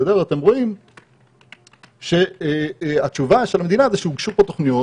אתם רואים שהתשובה של המדינה זה שהוגשו פה תוכניות